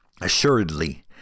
assuredly